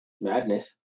madness